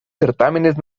certámenes